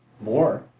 more